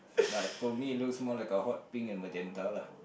but to me it looks more like a hot pink and magenta lah